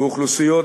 ואוכלוסיות